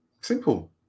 simple